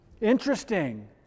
Interesting